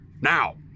Now